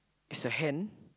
is a hand